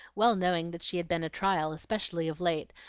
well knowing that she had been a trial, especially of late,